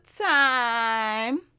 time